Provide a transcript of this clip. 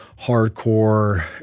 hardcore